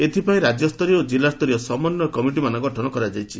ଏଥପାଇଁ ରାଜ୍ୟସରୀୟ ଓ ଜିଲ୍ଲାସରୀୟ ସମନ୍ୱୟ କମିଟିମାନ ଗଠନ କରାଯାଇଛି